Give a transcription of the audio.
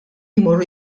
jmorru